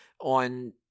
on